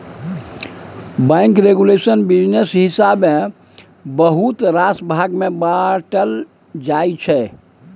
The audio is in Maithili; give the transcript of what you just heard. बैंक रेगुलेशन बिजनेस हिसाबेँ बहुत रास भाग मे बाँटल जाइ छै